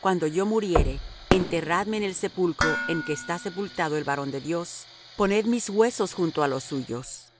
cuando yo muriere enterradme en el sepulcro en que está sepultado el varón de dios poned mis huesos junto á los suyos